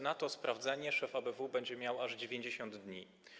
Na to sprawdzenie szef ABW będzie miał aż 90 dni.